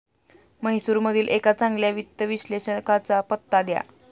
म्हैसूरमधील एका चांगल्या वित्त विश्लेषकाचा पत्ता द्या